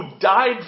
died